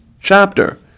chapter